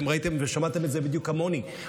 ואתם ראיתם ושמעתם את זה בדיוק כמוני,